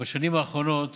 בשנים האחרונות